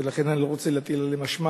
ולכן אני לא רוצה להטיל עליהם אשמה